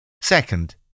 Second